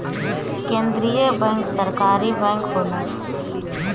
केंद्रीय बैंक सरकारी बैंक होला